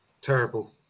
Terrible